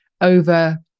over